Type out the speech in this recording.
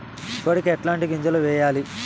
కోడికి ఎట్లాంటి గింజలు వేయాలి?